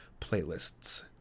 playlists